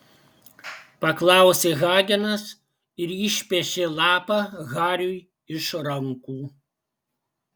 paklausė hagenas ir išpešė lapą hariui iš rankų